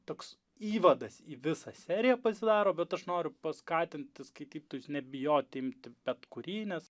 toks įvadas į visą seriją pasidaro bet aš noriu paskatinti skaitytojus nebijoti imti bet kurį nes